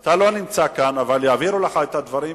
אתה לא נמצא כאן אבל יעבירו לך את הדברים,